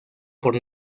por